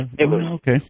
Okay